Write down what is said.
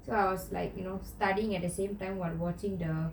so I was like you know studying at the same time while watching the